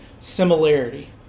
similarity